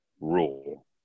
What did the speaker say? rule